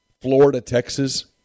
Florida-Texas